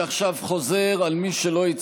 להצביע?